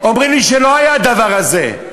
אומרים לי שלא היה הדבר הזה.